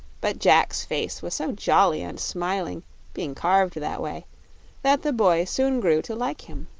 but jack's face was so jolly and smiling being carved that way that the boy soon grew to like him.